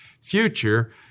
future